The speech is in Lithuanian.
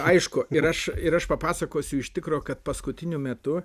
aišku ir aš ir aš papasakosiu iš tikro kad paskutiniu metu